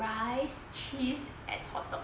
fries cheese and hotdog